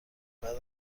بعد